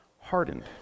hardened